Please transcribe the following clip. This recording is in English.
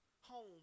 home